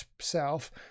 self